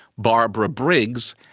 barbara briggs,